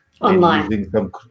Online